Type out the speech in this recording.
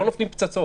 לא נופלות פצצות.